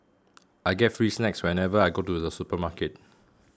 I get free snacks whenever I go to the supermarket